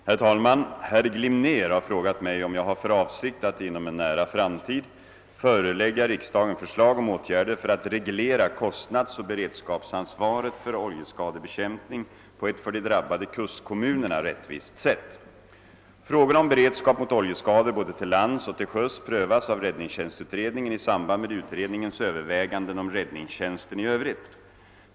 Herr talman! Herr Glimnér har frågat mig, om jag har för avsikt att inom en nära framtid förelägga riksdagen förslag om åtgärder för att reglera kostnadsoch beredskapsansvaret för oljeskadebekämpning på ett för de drabbade kustkommunerna rättvist sätt. Frågorna om beredskap mot oljeskador både till lands och till sjöss prövas av räddningstjänstutredningen i samband med utredningens överväganden om räddningstjänsten i övrigt.